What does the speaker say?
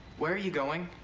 where are you going?